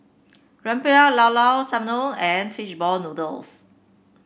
rempeyek Llao Llao Sanum and Fishball Noodles